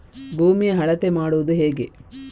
ಭೂಮಿಯ ಅಳತೆ ಮಾಡುವುದು ಹೇಗೆ?